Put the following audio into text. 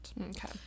Okay